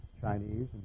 Chinese